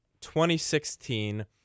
2016